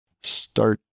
start